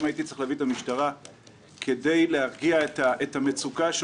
הייתי צריך להביא את המשטרה כדי להרגיע את המצוקה של